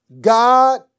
God